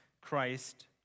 Christ